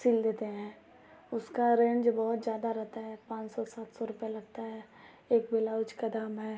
सिल देते हैं उसका रेंज बहुत ज़्यादा रहता है पाँच सौ सात सौ रुपये लगता है एक बेलाउज का दाम है